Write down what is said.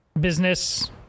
business